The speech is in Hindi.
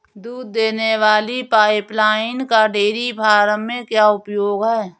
दूध देने वाली पाइपलाइन का डेयरी फार्म में क्या उपयोग है?